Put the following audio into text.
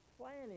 planning